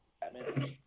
Batman